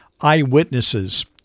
eyewitnesses